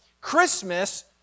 Christmas